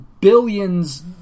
Billions